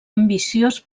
ambiciós